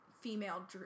female